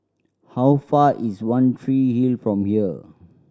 how far is One Tree Hill from here